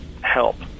help